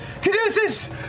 Caduceus